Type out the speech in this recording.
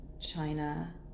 China